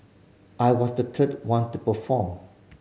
I was the third one to perform